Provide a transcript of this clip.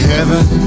Heaven